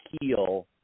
heal